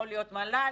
יכול להיות מל"ל,